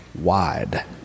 wide